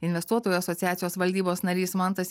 investuotojų asociacijos valdybos narys mantas